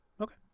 okay